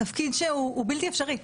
התפקיד פשוט בלתי אפשרי.